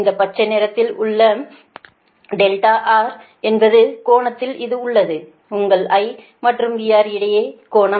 இந்த பச்சை நிறத்தில் உள்ள R கோணத்தில் இது உள்ளது உங்கள் I மற்றும் VR இடையே கோணம்